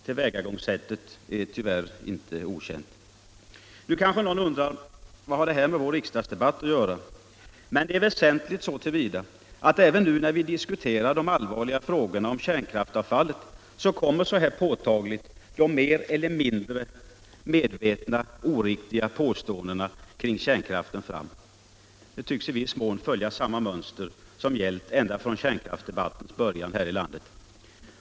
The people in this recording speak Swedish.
Tillvägagångssättet är tyvärr inte okänt. Nu kanske någon undrar vad detta har med vår riksdagsdebatt att göra. Men det är väsentligt så till vida att även nu, när vi diskuterar de allvarliga frågorna om kärnkraftsavfallet, kommer så här påtagligt de mer eller mindre medvetet oriktiga påståendena kring kärnkraften fram. De tycks i viss mån följa samma mönster som gällt ända från kärnkraftsdebattens början här i landet.